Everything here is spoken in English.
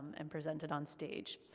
and presented onstage,